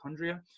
mitochondria